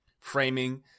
Framing